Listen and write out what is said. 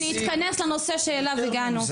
אני רוצה להתכנס לנושא שאליו הגענו,